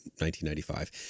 1995